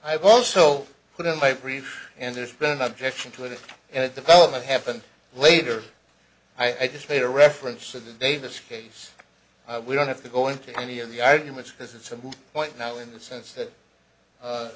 i've also put in my brief and there's been objection to it and development happened later i just made a reference to the davis case we don't have to go into any of the arguments because it's a moot point now in the sense that